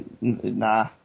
nah